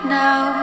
now